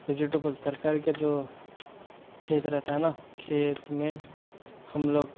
vegetable ترکاری کا جو کھیت رہتا ہے نا کھیت میں ہم لوگ